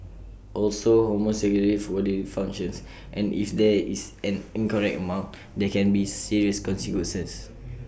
also hormones regulate bodily functions and if there is an incorrect amount there can be serious consequences